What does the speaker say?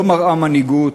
לא מראה מנהיגות,